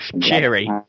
Cheery